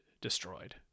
destroyed